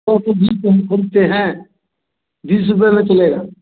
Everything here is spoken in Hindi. सौ को बीस हम सुनते हैं बीस रुपए में चलेगा